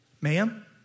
Ma'am